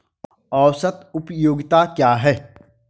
औसत उपयोगिता क्या है?